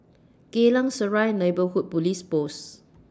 Geylang Serai Neighbourhood Police Post